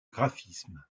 graphisme